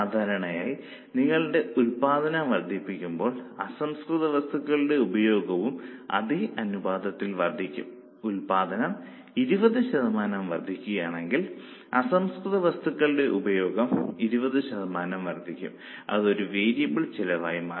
സാധാരണയായി നിങ്ങളുടെ ഉൽപ്പാദനം വർദ്ധിപ്പിക്കുമ്പോൾ അസംസ്കൃത വസ്തുക്കളുടെ ഉപഭോഗവും അതേ അനുപാതത്തിൽ വർദ്ധിക്കും ഉൽപ്പാദനം 20 ശതമാനം വർദ്ധിക്കുകയാണെങ്കിൽ അസംസ്കൃത വസ്തുക്കളുടെ ഉപഭോഗം 20 ശതമാനം വർദ്ധിക്കും അത് ഒരു വേരിയബിൾ ചെലവായി മാറും